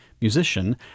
musician